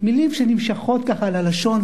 מלים שנמשכות כך על הלשון,